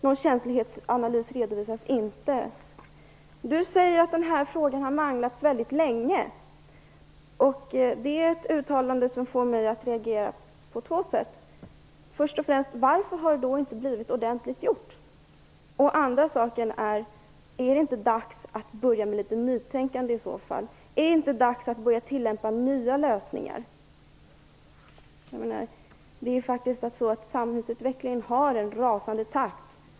Någon känslighetsanalys redovisas inte. Bo Nilsson säger att denna fråga har manglats väldigt länge. Det är ett uttalande som får mig att reagera på två sätt. Först och främst: Varför har det då inte blivit ordentligt gjort? Andra frågan: Är det inte dags att börja med litet nytänkande i så fall? Är det inte dags att börja tillämpa nya lösningar? Samhällsutvecklingen går faktiskt i en rasande takt.